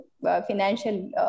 financial